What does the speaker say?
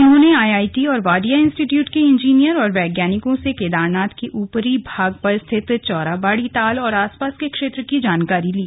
उन्होंने आईआईटी और वाडिया इंस्टीट्यूट के इंजीनियर और वैज्ञानिकों से केदारनाथ के ऊपरी भाग पर स्थित चोराबाडी ताल और आस पास के क्षेत्र की जानकारी ली